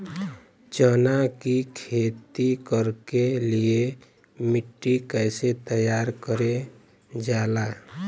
चना की खेती कर के लिए मिट्टी कैसे तैयार करें जाला?